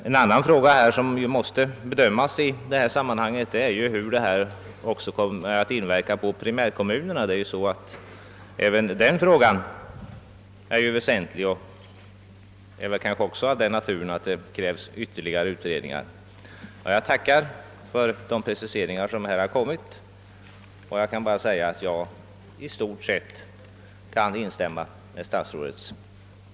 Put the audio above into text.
En annan fråga som måste bedömas i detta sammanhang är hur lösningen av dessa problem kommer att inverka på primärkommunerna. Även den frågan är väsentlig och kanske av den naturen att ytterligare utredning krävs. Jag tackar för de preciseringar som gjorts och vill bara säga att jag i stort sett kan instämma i statsrådets synpunkter.